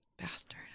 Bastard